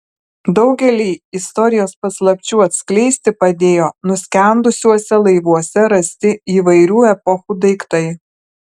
daugelį istorijos paslapčių atskleisti padėjo nuskendusiuose laivuose rasti įvairių epochų daiktai